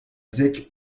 zec